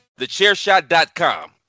TheChairShot.com